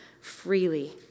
freely